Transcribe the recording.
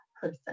person